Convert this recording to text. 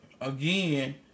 Again